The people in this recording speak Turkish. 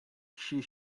kişiyi